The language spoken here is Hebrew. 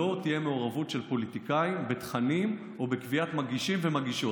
לא תהיה מעורבות של פוליטיקאים בתכנים או בקביעת מגישים ומגישות.